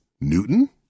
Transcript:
Newton